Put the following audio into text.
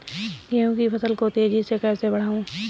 गेहूँ की फसल को तेजी से कैसे बढ़ाऊँ?